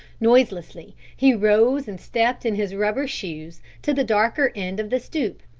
noiselessly he rose and stepped in his rubber shoes to the darker end of the stoep.